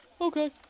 Okay